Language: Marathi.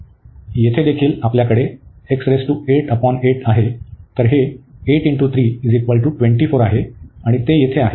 येथे देखील आपल्याकडे आहे तर हे 8 × 3 24 आहे आणि ते तेथे आहे